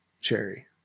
cherry